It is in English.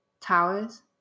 Towers